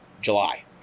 July